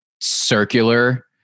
circular